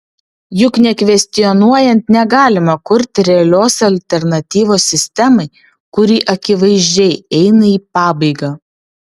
juk nekvestionuojant negalima kurti realios alternatyvos sistemai kuri akivaizdžiai eina į pabaigą